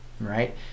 right